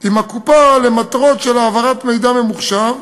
עם הקופה למטרות של העברת מידע ממוחשב,